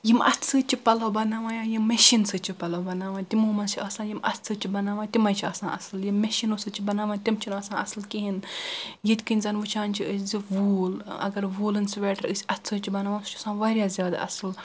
یم اتھہٕ سۭتۍ چھ پلو بناوان یا یم میشین سۭتۍ چھ پلو بناوان تمو منٛز چھ آسان یم اتھہٕ سۭتۍ چھ پلو بناوان تمے چھ آسان اصٕل یم میشینو سۭتۍ چھ بناوان تم چھنہٕ آسان اصٕل کہینۍ یتھ کٔنۍ زن وُچھان چھ اس زِ ووٗل اگر وُولن سیوٹر أسۍ اتھہٕ سۭتۍ چھ بناوان سُہ چھ آسان واریاہ زیادٕ اصٕل